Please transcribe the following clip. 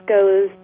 goes